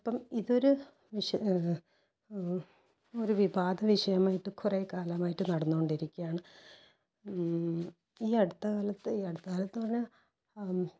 അപ്പം ഇതൊരു വിഷ ഒരു വിവാദ വിഷയമായിട്ട് കുറെക്കാലമായിട്ട് നടന്നുകൊണ്ടിരിക്കയാണ് ഈ അടുത്ത കാലത്ത് അടുത്ത കാലത്തെന്ന് പറഞ്ഞാൽ